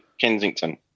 Kensington